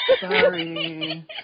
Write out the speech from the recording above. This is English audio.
Sorry